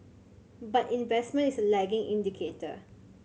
but investment is a lagging indicator